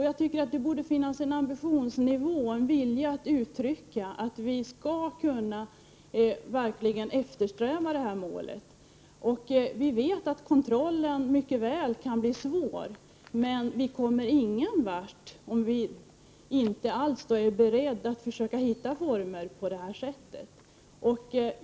Jag tycker det borde finnas en ambitionsnivå och en vilja att uttrycka att vi verkligen vill eftersträva detta mål. Vi vet mycket väl att kontrollen kan bli svår, men vi kommer ingen vart om vi inte alls är beredda att försöka hitta former för att uppnå detta mål.